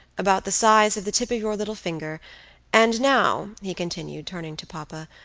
about the size of the tip of your little finger and now, he continued, turning to papa,